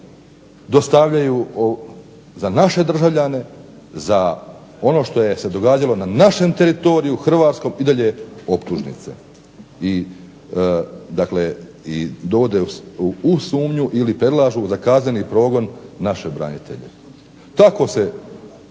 dostavljaju za naše državljane, za ono što je se događalo na našem teritoriju hrvatskom i dalje optužnice. Dakle, dovode u sumnju ili predlažu za kazneni progon naše branitelje. Tako se